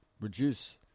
reduce